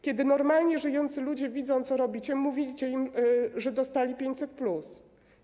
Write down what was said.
Kiedy normalnie żyjący ludzie widzą, co robicie, mówicie im, że dostali 500+.